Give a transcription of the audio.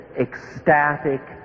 ecstatic